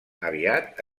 aviat